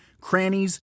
crannies